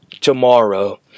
tomorrow